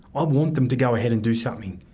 i want them to go ahead and do something.